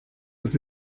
aux